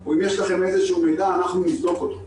או אם יש לכם איזשהו מידע אנחנו נבדוק אותו.